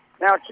Now